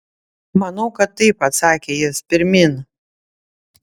manau kad taip atsakė jis pirmyn